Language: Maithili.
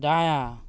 दायाँ